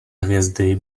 hvězdy